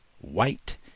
white